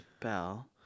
Bell